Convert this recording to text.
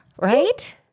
right